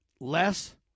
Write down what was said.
Less